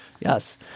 yes